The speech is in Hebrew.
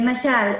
למשל,